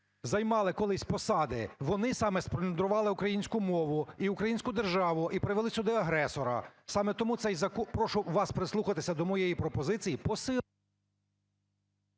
займали колись посади, вони саме сплюндрували українську мову і українську державу і привели сюди агресора. Саме тому цей закон... Прошу вас прислухатися до моєї пропозиції...